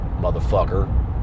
Motherfucker